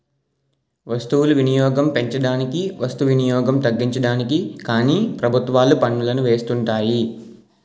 వస్తువులు వినియోగం పెంచడానికి వస్తు వినియోగం తగ్గించడానికి కానీ ప్రభుత్వాలు పన్నులను వేస్తుంటాయి